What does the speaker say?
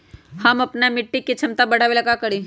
हम अपना मिट्टी के झमता बढ़ाबे ला का करी?